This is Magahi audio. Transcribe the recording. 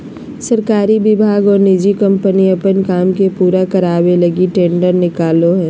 सरकारी विभाग और निजी कम्पनी अपन काम के पूरा करावे लगी टेंडर निकालो हइ